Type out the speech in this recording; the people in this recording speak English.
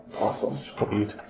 Awesome